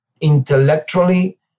intellectually